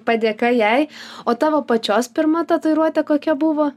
padėka jai o tavo pačios pirma tatuiruotė kokia buvo